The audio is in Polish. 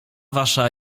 wasza